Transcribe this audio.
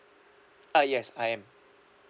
ah yes I am